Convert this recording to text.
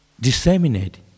disseminate